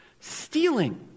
Stealing